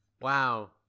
Wow